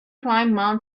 climb